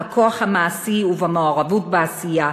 בכוח המעשי ובמעורבות בעשייה,